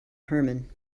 herman